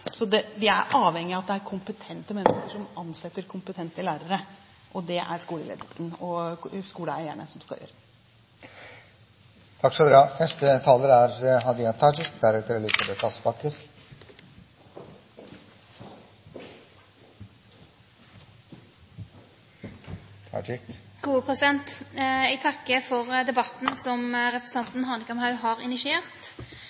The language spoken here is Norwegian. vi er avhengige av at det er kompetente mennesker som ansetter kompetente lærere, og det er det skoleledelsen og skoleeierne som skal gjøre. Jeg takker for debatten som representanten Hanekamhaug har initiert, og jeg har gleden av å redegjøre for